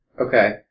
Okay